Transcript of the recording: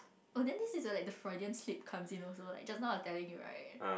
oh then this is the like the kids concern also like just now I telling you right